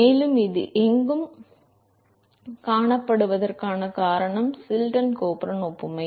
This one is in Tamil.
மேலும் இது எங்கும் காணப்படுவதற்குக் காரணம் சில்டன் கோல்பர்ன் ஒப்புமை